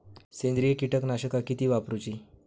सेंद्रिय कीटकनाशका किती वापरूची?